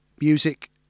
music